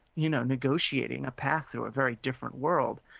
you know negotiating a path to a very different world.